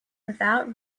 without